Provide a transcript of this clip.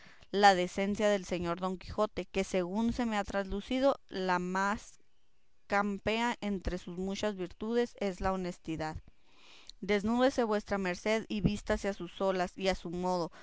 la decencia del señor don quijote que según se me ha traslucido la que más campea entre sus muchas virtudes es la de la honestidad desnúdese vuesa merced y vístase a sus solas y a su modo